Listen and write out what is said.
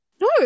No